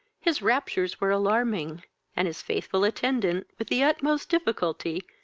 his raptures were alarming, and his faithful attendant, with the utmost difficulty,